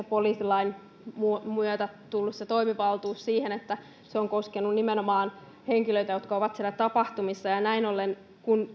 poliisilain myötä tullut toimivaltuus on koskenut nimenomaan henkilöitä jotka ovat siellä tapahtumissa niin näin ollen kun